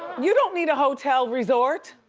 you don't need a hotel resort.